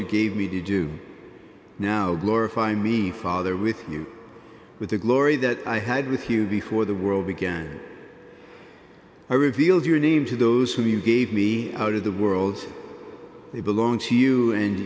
you gave me to do now glorify me father with you with the glory that i had with you before the world began i revealed your name to those whom you gave me out of the world they belong to you and